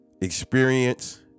experience